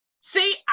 See